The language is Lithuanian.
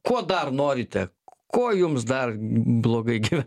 ko dar norite ko jums dar blogai gyve